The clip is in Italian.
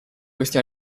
questi